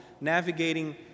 navigating